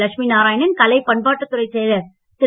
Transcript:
லட்சுமி நாராயணன் கலை பண்பாட்டுத் துறைச் செயலர் திரு